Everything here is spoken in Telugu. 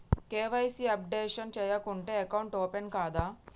కే.వై.సీ అప్డేషన్ చేయకుంటే అకౌంట్ ఓపెన్ కాదా?